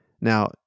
Now